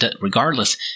regardless